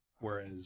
whereas